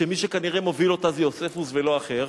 שמי שכנראה מוביל אותה זה יוספוס ולא אחר,